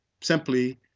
simply